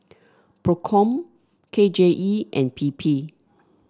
Procom K J E and P P